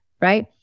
right